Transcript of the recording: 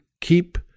keep